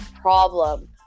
problem